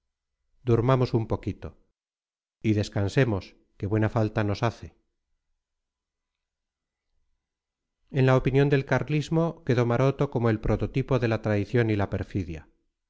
durmamos un poquito y descansemos que buena falta nos hace en la opinión del carlismo quedó maroto como el prototipo de la traición y la perfidia